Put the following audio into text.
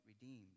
redeemed